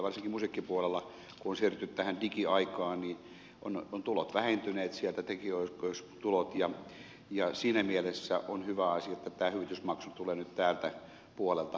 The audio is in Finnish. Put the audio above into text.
varsinkin musiikkipuolella kun on siirrytty digiaikaan ovat tulot vähentyneet tekijänoikeustulot ja siinä mielessä on hyvä asia että tämä hyvitysmaksu tulee nyt täältä puolelta